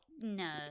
No